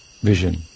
vision